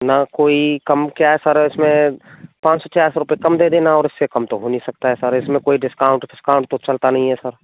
ना कोई कम क्या सर इसमें पाँच सौ छः सौ रुपये कम दे देना और इससे कम तो हो नहीं सकता है सर इसमें डिस्काउन्ट स्काउंट तो चलता नहीं है सर